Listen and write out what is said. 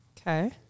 Okay